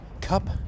cup